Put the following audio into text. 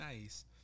nice